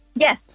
Yes